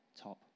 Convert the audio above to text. top